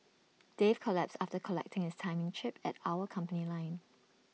Dave collapsed after collecting his timing chip at our company line